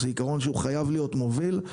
זה עקרון שהוא חייב להיות מוביל,